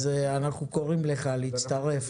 אז אנחנו קוראים לך להצטרף.